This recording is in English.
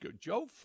Joe